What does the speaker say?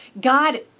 God